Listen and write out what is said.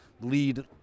lead